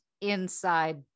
inside